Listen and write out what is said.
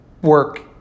work